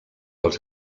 els